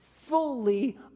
fully